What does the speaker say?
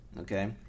okay